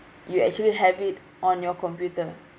you actually have it on your computer